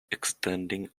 extending